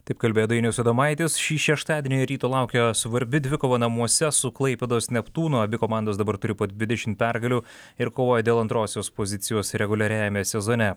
taip kalbėjo dainius adomaitis šį šeštadienį ryto laukia svarbi dvikova namuose su klaipėdos neptūnu abi komandos dabar turi po dvidešim pergalių ir kovoja dėl antrosios pozicijos reguliariajame sezone